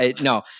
no